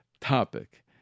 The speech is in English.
topic